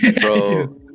Bro